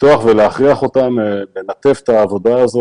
לפתוח להכריח אותם לנתב את העבודה הזאת